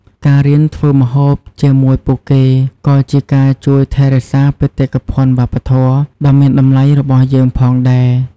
ការរៀនធ្វើម្ហូបជាមួយពួកគេក៏ជាការជួយថែរក្សាបេតិកភណ្ឌវប្បធម៌ ដ៏មានតម្លៃរបស់យើងផងដែរ។